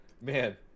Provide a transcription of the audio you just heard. man